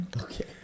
Okay